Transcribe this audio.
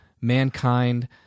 mankind